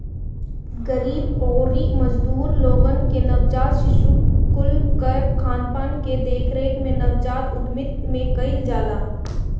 गरीब अउरी मजदूर लोग के नवजात शिशु कुल कअ खानपान कअ देखरेख भी नवजात उद्यमिता में कईल जाला